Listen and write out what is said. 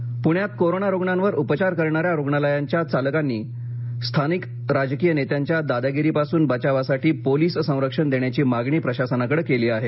रुग्णालय पुण्यात कोरोना रुग्णांवर उपचार करणाऱ्या रुग्णालयांच्या चालकांनी स्थानिक राजकीय नेत्यांच्या दादागिरीपासून बचावासाठी पोलीस संरक्षण देण्याची मागणी प्रशासनाकडे केली आहे